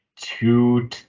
two